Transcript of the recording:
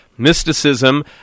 Mysticism